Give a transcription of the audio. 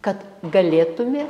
kad galėtume